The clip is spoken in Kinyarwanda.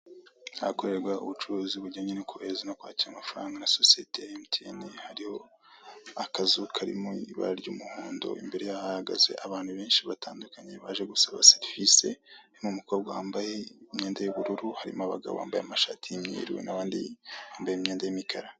Ahakorerwa ubucuruzi bujyanye no kohereza nokwakira amafaranga na sosiyete ya emutiyene, hariho akazu kari mu ibara ry'umuhondo, imbere ye hahagaze abantu benshi batndukanye baje gusaba serivise, harimo umukobwa wambaye imyenda y'ubururu harimo abagabo bambaye amashati y'imyeru, n'abandi bambaye imyenda y'imikara.